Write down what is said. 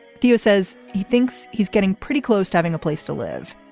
theo says he thinks he's getting pretty close to having a place to live.